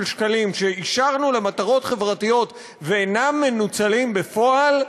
שקלים שאישרנו למטרות חברתיות ואינם מנוצלים בפועל,